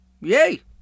Yay